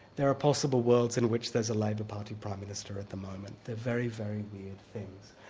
there are possible worlds in which there's a labor party prime minister at the moment, they're very, very weird things.